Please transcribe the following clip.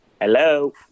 Hello